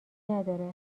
نداره